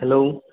hello